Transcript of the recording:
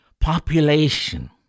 population